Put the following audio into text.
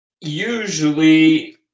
usually